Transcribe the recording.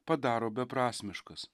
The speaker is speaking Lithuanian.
padaro beprasmiškas